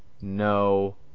no